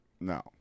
No